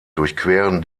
durchqueren